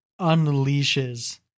unleashes